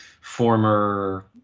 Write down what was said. former